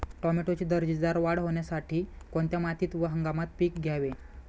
टोमॅटोची दर्जेदार वाढ होण्यासाठी कोणत्या मातीत व हंगामात हे पीक घ्यावे?